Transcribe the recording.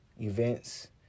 events